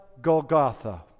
Golgotha